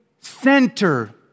center